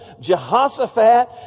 Jehoshaphat